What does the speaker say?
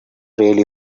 really